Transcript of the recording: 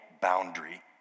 boundary